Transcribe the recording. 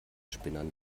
spinnern